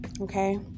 okay